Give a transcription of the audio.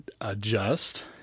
adjust